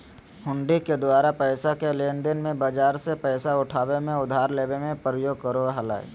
हुंडी के द्वारा पैसा के लेनदेन मे, बाजार से पैसा उठाबे मे, उधार लेबे मे प्रयोग करो हलय